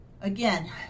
again